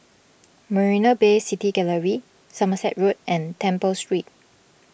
Marina Bay City Gallery Somerset Road and Temple Street